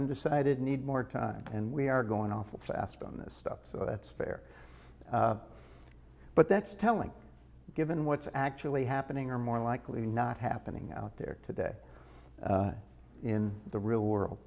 undecided need more time and we are going awful fast on this stuff so that's fair but that's telling given what's actually happening or more likely not happening out there today in the real world